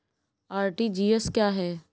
RTGS क्या है?